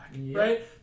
right